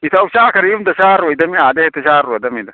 ꯏꯇꯥꯎ ꯆꯥꯛ ꯀꯔꯤꯝꯇ ꯆꯥꯔꯣꯏꯗꯝꯅꯤ ꯑꯥꯗ ꯍꯦꯛꯇ ꯆꯥꯔꯨꯔꯗꯝꯃꯤꯗ